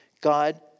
God